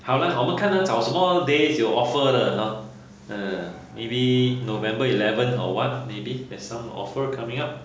好 lah 我们看要找什么 days 有 offer 的 loh ha maybe november eleventh or [what] maybe there's some offer coming up